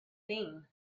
thing